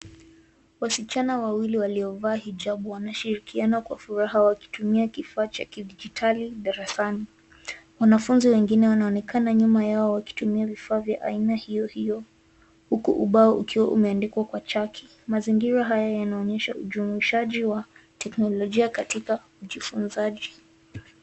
Wasichana wawili waliovaa hijabu wanashirikiana kwa furaha wakitumia kifaa cha kidijitali darasani. Wanafunzi wengine wanaonekana nyuma yao wakitumia vifaa vya aina hiyo hiyo, huku ubao ukiwa umeandikwa kwa chaki. Mazingira haya yanaonyesha ujumuishaji wa teknolojia katika ujifunzaji.